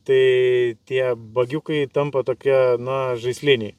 tai tie bagiukai tampa tokie na žaisliniai